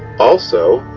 also,